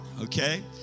okay